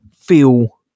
feel